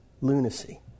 lunacy